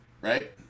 right